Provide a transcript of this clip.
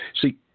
See